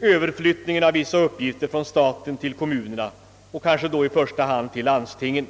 överflyttning av vissa uppgifter från staten till kommunerna och i första hand till landstingen.